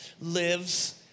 lives